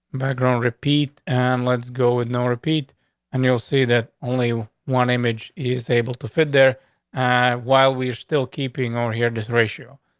my grown repeat and let's go with no repeat and you'll see that only one image is able to fit their while we're still keeping or hear this ratio.